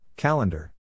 Calendar